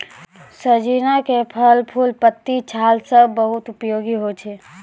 सोजीना के फल, फूल, पत्ती, छाल सब बहुत उपयोगी होय छै